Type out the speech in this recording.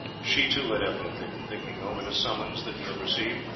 she, too, had evidently been thinking over the summons that he had received,